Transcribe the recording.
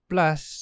Plus